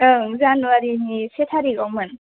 ओं जानुवारिनि से थारिखआवमोन